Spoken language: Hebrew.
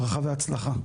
ברכה והצלחה.